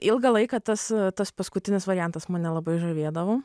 ilgą laiką tas tas paskutinis variantas mane labai žavėdavo